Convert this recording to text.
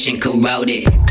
corroded